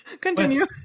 Continue